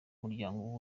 muryango